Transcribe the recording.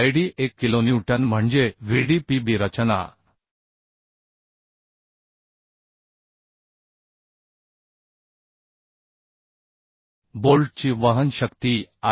78 kilonewton म्हणजे Vdpb रचना बोल्टची वहन शक्ती 74